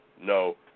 no